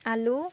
আলু